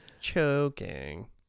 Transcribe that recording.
Choking